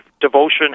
devotion